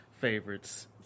favorites